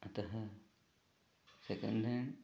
अतः second hand